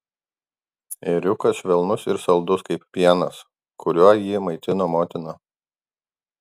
ėriukas švelnus ir saldus kaip pienas kuriuo jį maitino motina